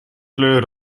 kleur